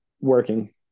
Working